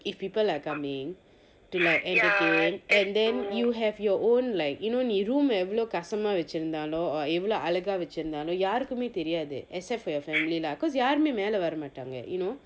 if people are coming to like entertain and you have your own like you know நீ:nee room ah எவ்வளவு கசமா வச்சிருந்தாலோ:evvalavu kasama vachirunthaalo or எவ்வளவு அழகா வச்சிருந்தாலோ யாருக்குமே தெரியாது:evvalavu alaha vachirunthaalo yarukkume theriyathu except for your family lah cause யாருமே மேல வரமாட்டாங்க:yaarume mela varamaattanga you know